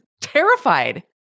terrified